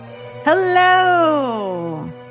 Hello